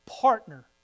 partner